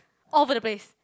all over the place